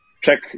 Check